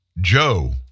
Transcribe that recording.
Joe